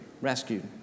rescued